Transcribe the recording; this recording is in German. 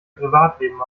privatleben